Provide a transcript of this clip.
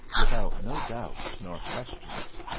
without no doubt nor questions.